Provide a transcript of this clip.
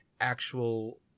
actual